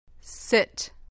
sit